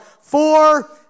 four